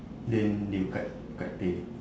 then they will cut cut pay